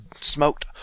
smoked